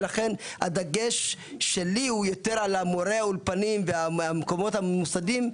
ולכן הדגש שלי הוא יותר על מורי האולפנים והמקומות הממוסדים,